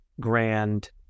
grand